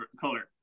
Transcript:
color